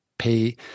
pay